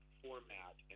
format